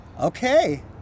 Okay